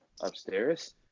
upstairs